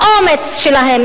האומץ שלהם,